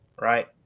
Right